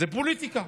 זה פוליטיקה.